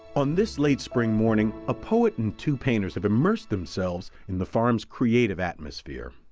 on this late spring morning, a poet and two painters have immersed themselves in the farm's creative atmosphere.